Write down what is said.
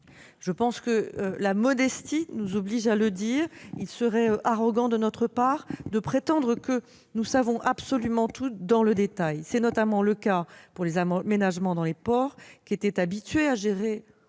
nécessaires. La modestie nous oblige à le dire, il serait arrogant de notre part de prétendre que nous savons absolument tout dans le détail. C'est notamment le cas pour les aménagements dans les ports, lesquels étaient habitués à gérer